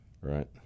right